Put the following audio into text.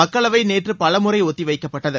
மக்களவை நேற்று பலமுறை ஒத்தி வைக்கப்பட்டது